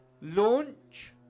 launch